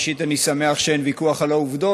ראשית, אני שמח שאין ויכוח על העובדות.